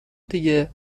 دیگه